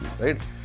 right